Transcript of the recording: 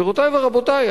גבירותי ורבותי,